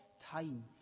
time